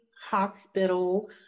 Hospital